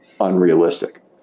unrealistic